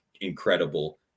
incredible